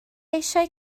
eisiau